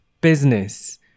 business